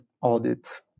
Audit